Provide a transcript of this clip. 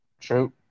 True